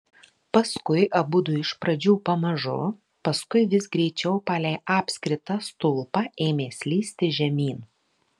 paskui abudu iš pradžių pamažu paskui vis greičiau palei apskritą stulpą ėmė slysti žemyn